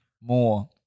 More